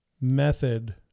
method